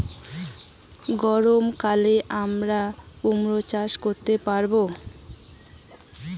গ্রীষ্ম কালে কি আমরা কুমরো চাষ করতে পারবো?